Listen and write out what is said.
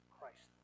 Christ